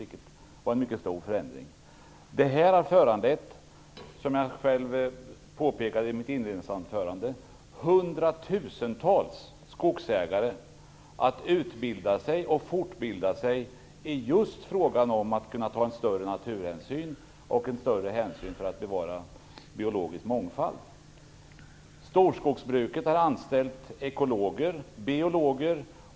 Det var en mycket stor förändring. Detta har, som jag påpekade i mitt inledningsanförande, föranlett hundratusentals skogsägare att utbilda sig och fortbilda sig i frågan om hur man skall kunna ta större hänsyn till naturen och till bevarandet av biologisk mångfald. Storskogsbruket har anställt ekologer och biologer.